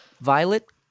Violet